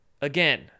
again